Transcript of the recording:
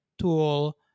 tool